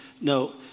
no